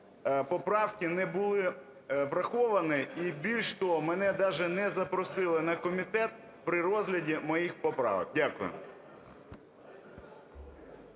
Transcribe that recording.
поправки не були враховані. І більше того, мене даже не запросили на комітет при розгляді моїх поправок. Дякую.